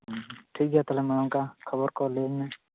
ᱴᱷᱤᱠᱜᱮᱭᱟ ᱛᱟᱦᱮᱞᱮ ᱚᱱᱠᱟ ᱠᱷᱚᱵᱚᱨ ᱠᱚ ᱞᱟ ᱭᱟ ᱧ ᱢᱮ